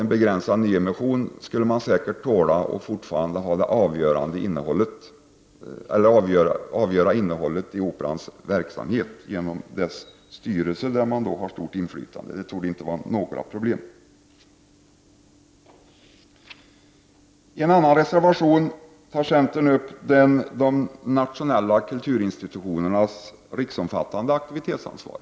En begränsad nyemission skulle man säkert tåla och fortfarande, genom Operans styrelse där man har stort inflytande, kunna avgöra innehållet i verksamheten. Det torde inte möta några hinder. I en annan reservation tar centern upp de nationella kulturinstitutionernas riksomfattande aktivitetsansvar.